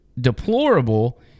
deplorable